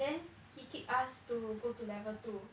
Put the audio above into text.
then he kick us to go to level two